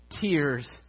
tears